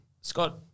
Scott